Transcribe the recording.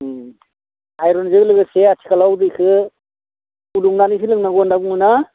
ओम आइर'नजों लोगोसे आथिखालाव दैखौ फुदुंनानैसो लोंनांगौ होनना बुङो ना